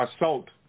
assault